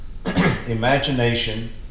imagination